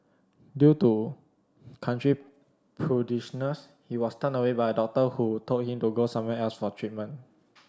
due to country prudishness he was turned away by a doctor who told him to go elsewhere for treatment